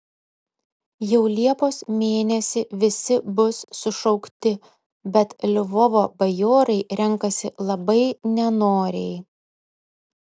jau liepos mėnesį visi bus sušaukti bet lvovo bajorai renkasi labai nenoriai